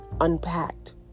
unpacked